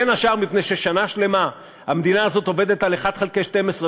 בין השאר מפני ששנה שלמה המדינה הזאת עובדת על 1 חלקי 12,